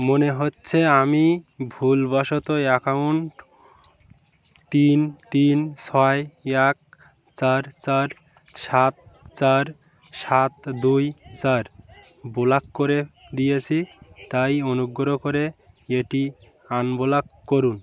মনে হচ্ছে আমি ভুলবশত অ্যাকাউন্ট তিন তিন ছয় এক চার চার সাত চার সাত দুই চার ব্লক করে দিয়েছি তাই অনুগ্রহ করে এটি আনব্লক করুন